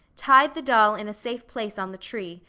tied the doll in a safe place on the tree,